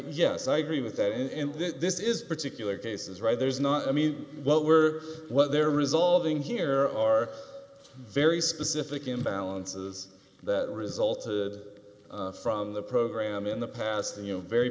yes i agree with that and this is particular cases right there's not i mean what we're what they're resolving here are very specific imbalances that resulted from the program in the past and you know very